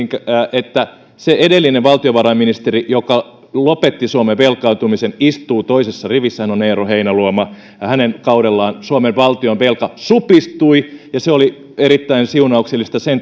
että edellinen valtiovarainministeri joka lopetti suomen velkaantumisen istuu toisessa rivissä hän on eero heinäluoma hänen kaudellaan suomen valtion velka supistui ja se oli erittäin siunauksellista sen